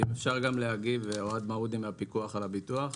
אם אפשר להגיב אוהד מעודי מהפיקוח על הביטוח,